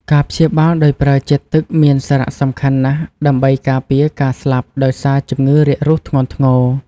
ការព្យាបាលដោយប្រើជាតិទឹកមានសារៈសំខាន់ណាស់ ដើម្បីការពារការស្លាប់ដោយសារជំងឺរាគរូសធ្ងន់ធ្ងរ។